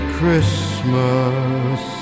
Christmas